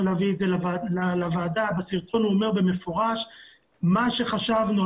להביא לוועדה ובסרטון הוא אומר במפורש שמה שחשבנו,